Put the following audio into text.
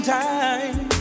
time